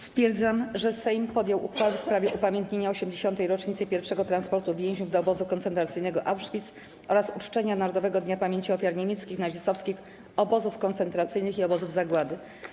Stwierdzam, że Sejm podjął uchwałę w sprawie upamiętnienia 80. rocznicy pierwszego transportu więźniów do obozu koncentracyjnego Auschwitz oraz uczczenia Narodowego Dnia Pamięci Ofiar Niemieckich Nazistowskich Obozów Koncentracyjnych i Obozów Zagłady.